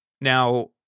Now